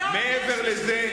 מעבר לזה,